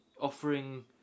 offering